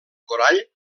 corall